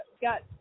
got